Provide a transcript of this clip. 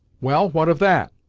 well, what of that?